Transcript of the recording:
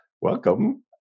Welcome